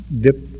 dip